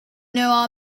know